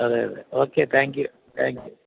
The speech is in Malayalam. അതെ അതെ okay thank you thank you